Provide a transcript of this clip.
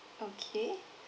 okay